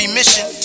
mission